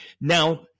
Now